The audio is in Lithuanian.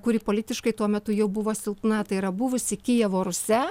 kuri politiškai tuo metu jau buvo silpna tai yra buvusi kijevo rusia